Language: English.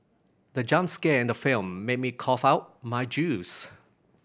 the jump scare in the film made me cough out my juice